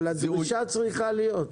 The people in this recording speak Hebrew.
אבל הדרישה צריכה להיות.